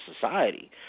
society